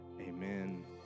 Amen